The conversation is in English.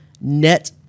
net